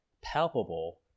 palpable